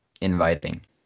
inviting